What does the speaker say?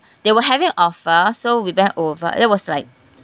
they were having offer so we went over that was like